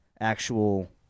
actual